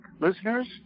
listeners